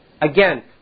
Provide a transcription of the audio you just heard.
again